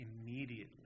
immediately